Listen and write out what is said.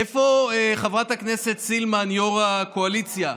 איפה חברת הכנסת סילמן, יו"ר הקואליציה?